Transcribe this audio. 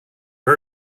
her